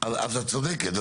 אז את צודקת,